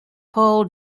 paul